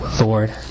Lord